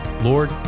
Lord